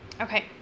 Okay